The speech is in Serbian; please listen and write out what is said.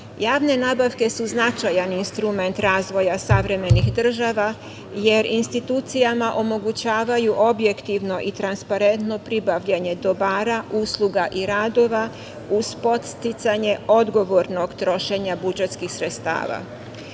nabavke su značajan instrument razvoja savremenih država, jer institucijama omogućavaju objektivno i transparentno pribavljanje dobara, usluga i radova uz podsticanje odgovornog trošenja budžetskih sredstava. Obzirom